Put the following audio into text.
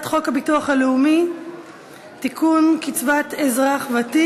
הצעת חוק להסדר התדיינויות בסכסוכי משפחה (יישוב מוקדם של הסכסוך),